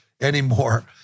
anymore